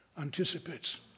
anticipates